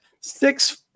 Six